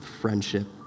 friendship